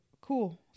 cool